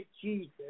Jesus